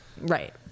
Right